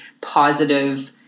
positive